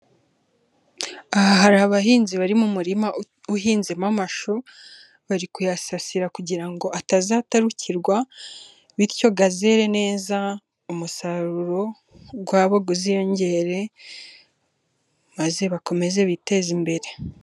Aha hari abahinzi bari mu murima uhinzemo amashu, bari kuyasasira kugira ngo atazatarukirwa bityo azere neza, umusaruro wabo uziyongere maze bakomeze biteze imbere.